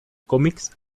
cómics